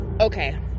Okay